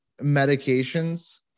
medications